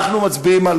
אנחנו מצביעים.